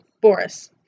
Boris